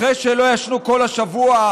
אחרי שלא ישנו כל השבוע,